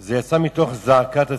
זה יצא מתוך זעקת הציבור.